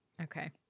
Okay